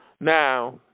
Now